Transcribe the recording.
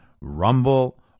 Rumble